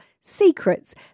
secrets